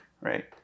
Right